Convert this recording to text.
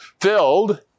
filled